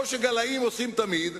כמו שגלאים עושים תמיד,